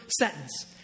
sentence